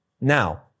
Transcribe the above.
Now